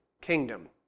kingdom